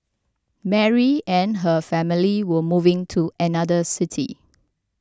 Mary and her family were moving to another city